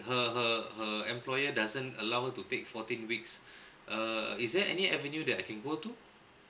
her her her employer doesn't allow to take fourteen weeks uh is there any avenue that I can go to